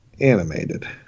Animated